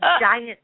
giant